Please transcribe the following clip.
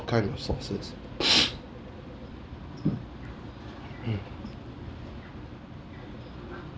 kind of sauces mm